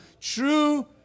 true